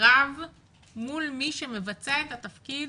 קרב מול מי שמבצע את התפקיד